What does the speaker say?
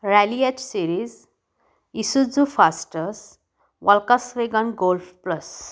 रॅलीएच series Isuzu फास्टस Volkswagen golf plus